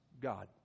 God